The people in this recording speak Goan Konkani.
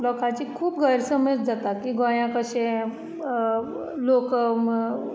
लोकाचे खूब गैरसमज जाता की गोंयाक अशें लोक